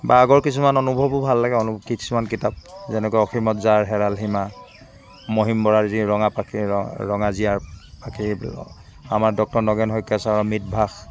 বা আগৰ কিছুমান অনুভৱো ভাল লাগে অনুভৱো কিছুমান কিতাপ যেনে অসীমত যাৰ হেৰাল সীমা মহীম বৰাৰ যি ৰঙা পাখি ৰ ৰঙা জিঞাৰ আমাৰ ডক্টৰ নগেন শইকীয়া ছাৰৰ মিতভাষ